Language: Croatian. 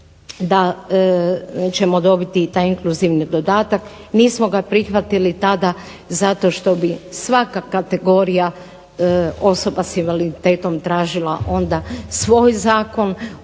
da ćemo dobiti i taj inkluzivni dodatak. Nismo ga prihvatili tada zato što bi svaka kategorija osoba sa invaliditetom tražila onda svoj zakon,